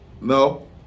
No